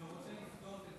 ורוצה לפדות,